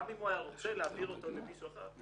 גם אם הוא היה רוצה להעביר אותו למישהו אחר,